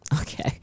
Okay